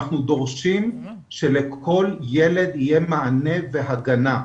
אנחנו דורשים שלכל ילד יהיה מענה והגנה,